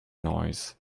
noise